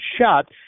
shot